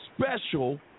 special